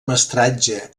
mestratge